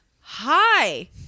Hi